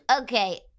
okay